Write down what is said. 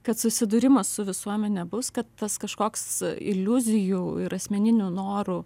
kad susidūrimas su visuomene bus kad tas kažkoks iliuzijų ir asmeninių norų